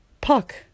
Puck